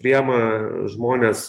priema žmones